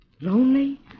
Lonely